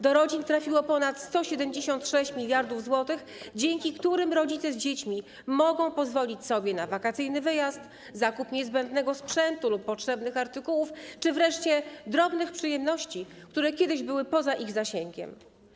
Do rodzin trafiło ponad 176 mld zł, dzięki którym rodzice z dziećmi mogą pozwolić sobie na wakacyjny wyjazd, zakup niezbędnego sprzętu lub potrzebnych artykułów czy wreszcie na drobne przyjemności, które kiedyś były poza ich zasięgiem.